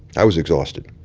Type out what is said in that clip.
i was exhausted.